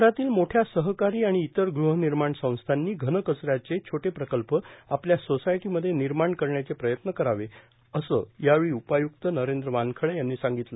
शहरातील मोठ्या सहकारी आणि इतर गृहनिर्माण सस्थांनी घनकचऱ्याचे छोटे प्रकल्प आपल्या सोसाय़टीमध्ये निर्माण करण्याचे प्रयत्न करावे असं यावेळी उपाय्क्त नरेंद्र वानखडे म्हणाले